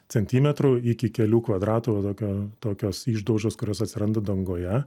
centimetrų iki kelių kvadratų tokio tokios išdaužos kurios atsiranda dangoje